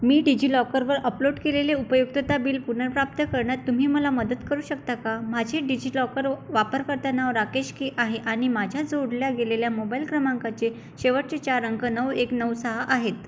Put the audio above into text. मी डिजिलॉकरवर अपलोड केलेले उपयुक्तता बील पुनर्पाप्त करण्यात तुम्ही मला मदत करू शकता का माझे डिजिलॉकर व वापरकर्तानाव राकेशके आहे आणि माझ्या जोडल्या गेलेल्या मोबाइल क्रमांकाचे शेवटचे चार अंक नऊ एक नऊ सहा आहेत